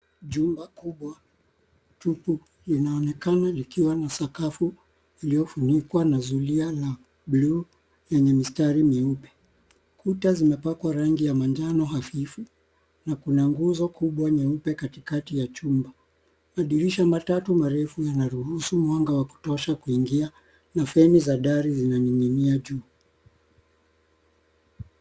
Jumba kubwa tupu linaonekana likiwa na sakafu iliofunikwa na zulia na buluu yenye mistari mieupe. Kuta zimepakwa rangi ya manjano hafifu na kuna nguzo kubwa nyeupe katikati ya chuma. Madirisha matatu marefu yanaruhusu mwanga wa kutosha kuingia na feni za dari zinaning'inia juu.